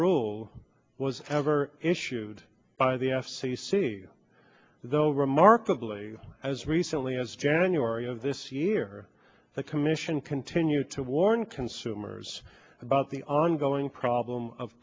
rule was ever issued by the f c c you though remarkably as recently as january of this year the commission continued to warn consumers about the ongoing problem of